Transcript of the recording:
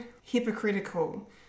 hypocritical